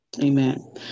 Amen